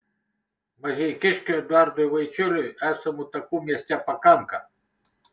mažeikiškiui eduardui vaičiuliui esamų takų mieste pakanka